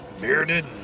bearded